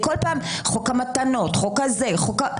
חוק המתנות ועוד חוקים,